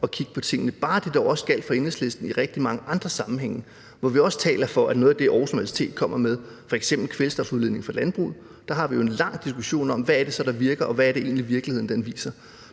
og kigge på tingene. Bare det dog også gjaldt for Enhedslisten i rigtig mange andre sammenhænge, hvor vi også taler om noget af det, Aarhus Universitet kommer med, f.eks. om kvælstofudledningen fra landbruget. Der har vi jo en lang diskussion om, hvad det så er, der virker, og hvad det egentlig er, virkeligheden viser.